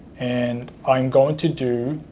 and i'm going to do